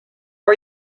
are